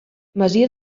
masia